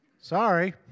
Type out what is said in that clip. Sorry